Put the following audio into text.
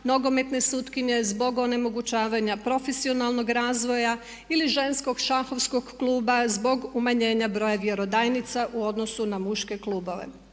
nogometne sutkinje zbog onemogućavanja profesionalnog razvoja ili ženskog šahovskog kluba zbog umanjenja broja vjerodajnica u odnosu na muške klubove.